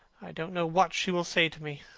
i don't know what she will say to me.